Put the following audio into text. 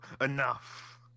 Enough